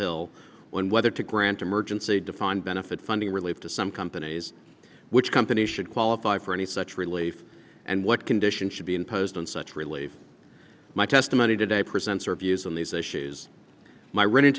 hill when whether to grant emergency defined benefit funding relief to some companies which companies should qualify for any such relief and what conditions should be imposed on such relief my testimony today presents or views on these issues my re